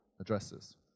addresses